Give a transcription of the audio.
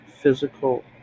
physical